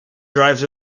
drives